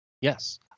Yes